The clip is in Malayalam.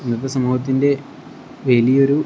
ഇന്നത്തെ സമൂഹത്തിൻ്റെ വലിയൊരു